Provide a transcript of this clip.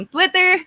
Twitter